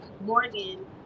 morgan